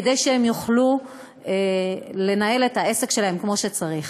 כדי שהם יוכלו לנהל את העסק שלהם כמו שצריך.